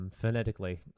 phonetically